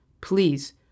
please